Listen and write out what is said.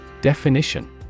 Definition